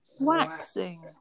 waxing